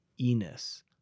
Enos